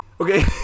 okay